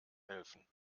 helfen